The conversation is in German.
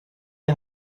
die